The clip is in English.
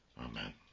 Amen